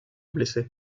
blessé